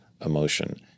emotion